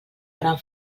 gran